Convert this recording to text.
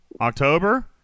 October